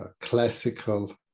classical